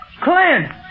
Clint